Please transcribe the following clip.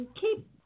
keep